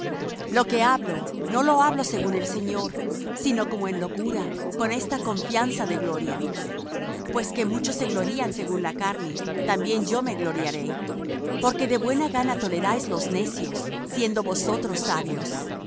lo que hablo no lo hablo según el señor sino como en locura con esta confianza de gloria pues que muchos se glorían según la carne también yo me gloriaré porque de buena gana toleráis los necios siendo vosotros sabios